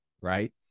Right